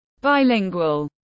Bilingual